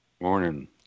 Morning